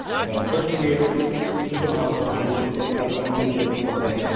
and our first year was super awesome. this was like us going legit or something.